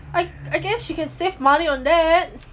I I guess she can save money on that